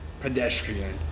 pedestrian